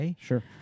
Sure